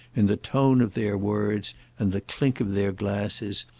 in the tone of their words and the clink of their glasses,